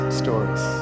stories